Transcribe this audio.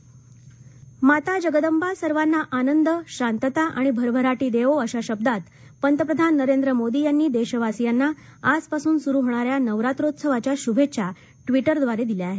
पंतप्रधान माताजगदंबा सर्वांना आनंद शांतता आणि भरभरा ी देवो अशा शब्दांत पंतप्रधान नरेंद्र मोदी यांनी देशवासियांना आजपासून सुरु होणाऱ्या नवरोत्रोत्सवाच्या शुभेच्छा विउद्वारे दिल्या आहेत